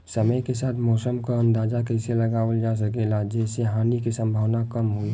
समय के साथ मौसम क अंदाजा कइसे लगावल जा सकेला जेसे हानि के सम्भावना कम हो?